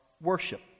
worship